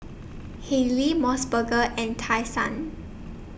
Haylee Mos Burger and Tai Sun